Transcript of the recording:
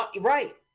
right